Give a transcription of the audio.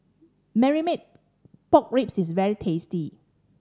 Marmite Pork Ribs is very tasty